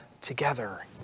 together